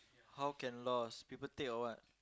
how can lost people take or what